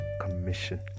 commission